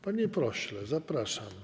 Panie pośle, zapraszam.